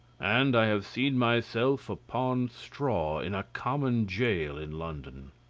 and i have seen myself upon straw in a common jail in london.